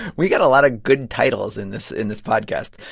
we got a lot of good titles in this in this podcast.